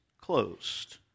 closed